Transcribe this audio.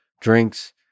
drinks